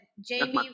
Jamie